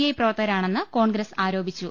I പ്രവർത്തകരാണെന്ന് കോൺഗ്രസ് ആരോപിച്ചു